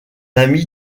ami